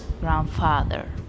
grandfather